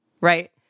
Right